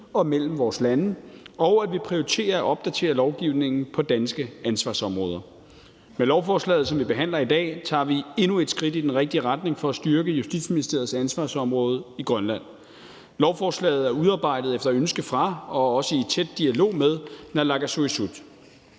og mellem vores lande, og at vi prioriterer at opdatere lovgivningen på danske ansvarsområder. Med lovforslaget, som vi behandler i dag, tager vi endnu et skridt i den rigtige retning for at styrke Justitsministeriets ansvarsområde i Grønland. Lovforslaget er udarbejdet efter ønske fra og også i tæt dialog med naalakkersuisut.